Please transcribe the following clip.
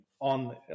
on